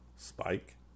Spike